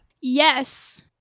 Yes